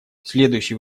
следующий